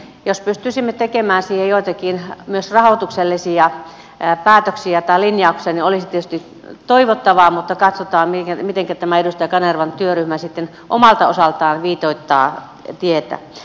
jos pystyisimme tekemään siihen joitakin myös rahoituksellisia päätöksiä tai lin jauksia se olisi tietysti toivottavaa mutta katsotaan mitenkä tämä edustaja kanervan työryhmä sitten omalta osaltaan viitoittaa tietä